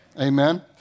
Amen